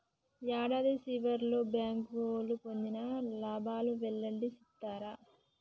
యాడాది సివర్లో బ్యాంకోళ్లు పొందిన లాబాలు వెల్లడి సేత్తారు